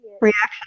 reaction